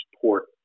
support